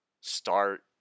start